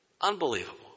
unbelievable